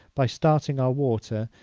by starting our water,